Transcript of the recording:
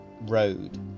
road